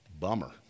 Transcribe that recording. bummer